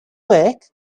week